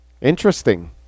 Interesting